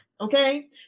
Okay